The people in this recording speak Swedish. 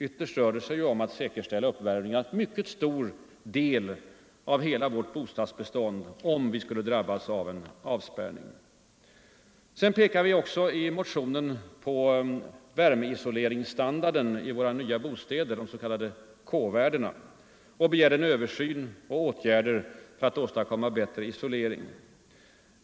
Ytterst rör det sig ju om att säkerställa uppvärmningen av en mycket stor del av hela vårt bostadsbestånd om vi skulle drabbas av en avspärrning. Vi pekade i motionen också på värmeisoleringsstandarden i våra nya bostäder, de s.k. K-värdena, och begärde en översyn och åtgärder för att åstadkomma en bättre isolering.